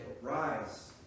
rise